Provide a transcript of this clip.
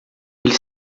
ele